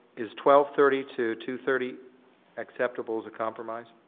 is twelve thirty to two thirty acceptable as a compromise?